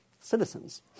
citizens